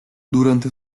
durante